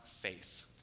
faith